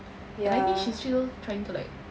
and I think she's still trying to like